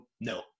no